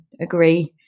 agree